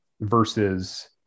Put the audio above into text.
versus